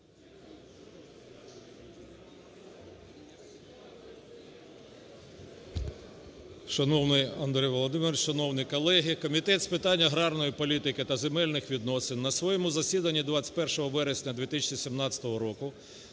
Шановний Андрій Володимирович! Шановні колеги! Комітет з питань аграрної політики та земельних відносин на своєму засіданні 21 вересня 2017 року